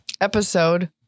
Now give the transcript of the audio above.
episode